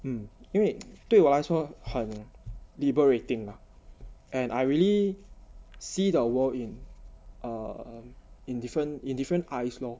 mm 因为对我来说很 liberating and I really see the world in err in different in different eyes lor